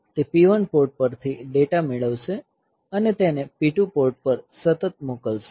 તે P1 port પરથી data મેળવશે અને તેને P2 પોર્ટ પર સતત મોકલશે